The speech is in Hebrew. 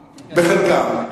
בחלקם?